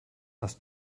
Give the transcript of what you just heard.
hast